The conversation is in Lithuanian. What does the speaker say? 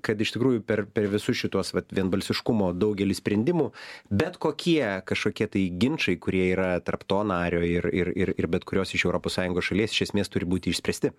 kad iš tikrųjų per per visus šituos vat vienbalsiškumo daugelį sprendimų bet kokie kažkokie tai ginčai kurie yra tarp to nario ir ir ir ir bet kurios iš europos sąjungos šalies iš esmės turi būti išspręsti